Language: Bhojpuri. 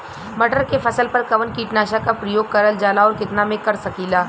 मटर के फसल पर कवन कीटनाशक क प्रयोग करल जाला और कितना में कर सकीला?